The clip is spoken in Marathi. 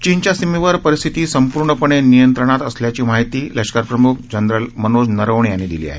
चीनच्या सीमेवर परिस्थिती संपूर्णपणे नियंत्रणात असल्याची माहिती लष्कर प्रमुख जनरल मनोज नरवणे यांनी दिली आहे